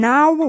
Now